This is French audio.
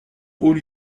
haut